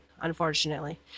unfortunately